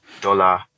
dollar